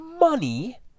money